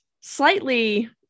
slightly